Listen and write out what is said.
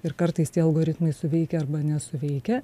ir kartais tie algoritmai suveikia arba nesuveikia